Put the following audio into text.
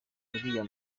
uriya